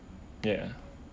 ya